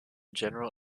general